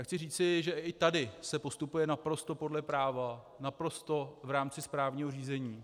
Chci říci, že i tady se postupuje naprosto podle práva, naprosto v rámci správního řízení.